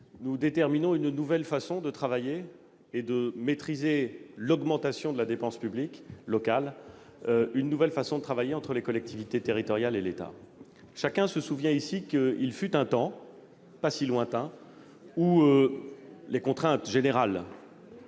d'inventer une nouvelle façon de travailler et de maîtriser l'augmentation de la dépense publique locale, c'est-à-dire un nouveau mode de fonctionnement entre les collectivités territoriales et l'État. Chacun se souvient ici qu'il fut un temps, pas si lointain, où les contraintes générales